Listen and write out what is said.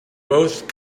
both